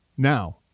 Now